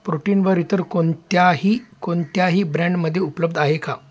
प्रोटीनवर इतर कोणत्याही कोणत्याही ब्रँडमध्ये उपलब्ध आहे का